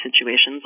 situations